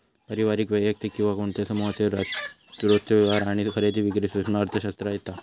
पारिवारिक, वैयक्तिक किंवा कोणत्या समुहाचे रोजचे व्यवहार आणि खरेदी विक्री सूक्ष्म अर्थशास्त्रात येता